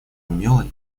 умела